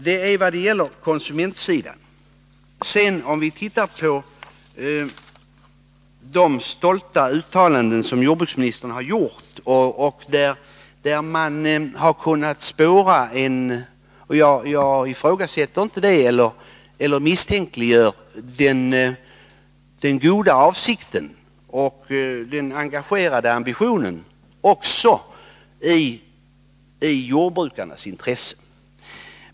Detta gäller konsumentsidan. Vi kan sedan se på de stolta uttalanden som jordbruksministern har gjort beträffande producenterna. Jag ifrågasätter inte eller misstänkliggör den goda avsikten och den engagerade ambitionen i fråga om jordbrukarnas intressen.